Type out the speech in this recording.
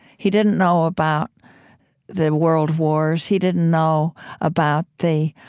he didn't know about the world wars. he didn't know about the